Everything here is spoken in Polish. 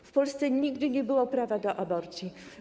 W Polsce nigdy nie było prawa do aborcji.